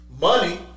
Money